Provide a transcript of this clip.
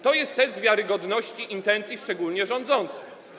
To jest test wiarygodności intencji szczególnie rządzących.